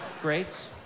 Grace